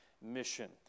mission